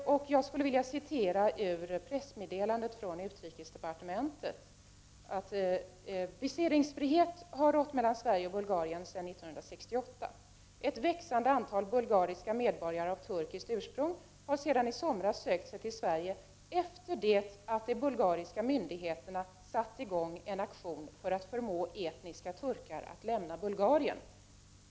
Jag vill citera följande från ett pressmeddelande från utrikesdepartementet: ”Viseringsfrihet har rått mellan Sverige och Bulgarien sedan 1968. Ett växande antal bulgariska medborgare av turkiskt ursprung har sedan i somras sökt sig till Sverige, efter det att de bulgariska myndigheterna satt i gång en aktion för att förmå etniska turkar att lämna Bulgarien.